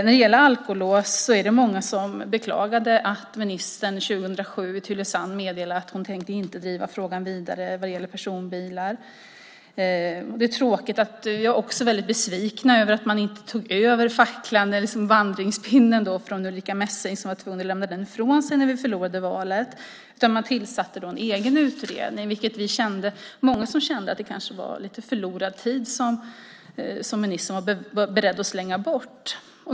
När det gäller alkolås är det många som beklagade att ministern 2007 i Tylösand meddelade att hon inte tänkte driva frågan vidare vad gäller personbilar. Vi var också väldigt besvikna över att man inte tog över facklan eller stafettpinnen från Ulrica Messing, som var tvungen att lämna ifrån sig den när vi förlorade valet. I stället tillsatte man en egen utredning, och det var många som kände att det kanske var lite förlorad tid som ministern var beredd att slänga bort.